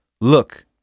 Look